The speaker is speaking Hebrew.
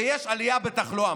ויש עלייה בתחלואה.